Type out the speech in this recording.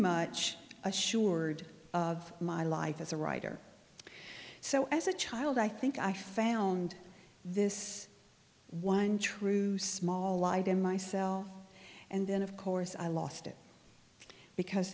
much assured of my life as a writer so as a child i think i found this one true small light in myself and then of course i lost it because